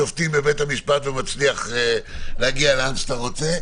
האינטרס הציבורי הוא שיכהנו בתפקידים האלה אנשים שיש להם ניסיון.